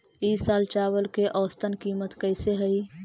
ई साल चावल के औसतन कीमत कैसे हई?